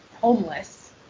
homeless